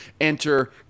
Enter